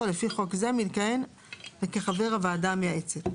לפי חוק זה מלכהן כחבר הוועדה המייעצת.